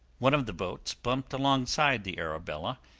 one of the boats bumped alongside the arabella,